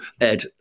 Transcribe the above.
Ed